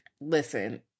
Listen